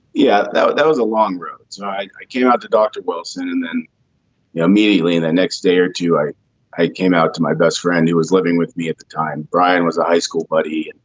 yeah so that was a long road. so i i came out to dr. wilson and then immediately in the next day or two i i came out to my best friend who was living with me at the time. brian was a high school buddy.